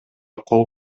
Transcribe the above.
кол